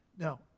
Now